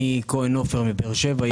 אני כהן עופר מבאר שבע,